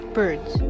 birds